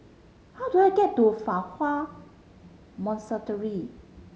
how do I get to Fa Hua